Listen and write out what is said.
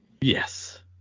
Yes